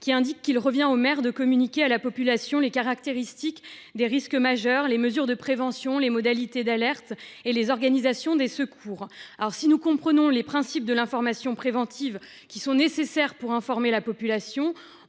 qui précise qu’il revient au maire de communiquer à la population les caractéristiques des risques majeurs, les mesures de prévention ou encore les modalités d’alerte et d’organisation des secours. Si nous comprenons le principe de l’information préventive, laquelle est nécessaire pour informer la population,